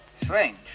Strange